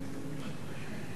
גברתי היושבת-ראש,